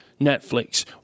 Netflix